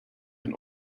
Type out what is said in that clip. and